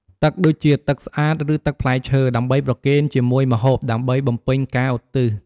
ទឹកដូចជា ទឹកស្អាត ឬទឹកផ្លែឈើ ដើម្បីប្រគេនជាមួយម្ហូប ដើម្បីបំពេញការឧទ្ទិស។